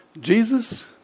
Jesus